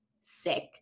sick